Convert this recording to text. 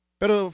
pero